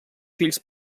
fills